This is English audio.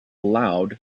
loud